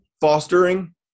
fostering